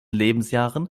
lebensjahren